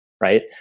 right